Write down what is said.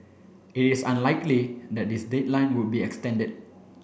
it is unlikely that this deadline would be extended